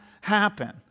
happen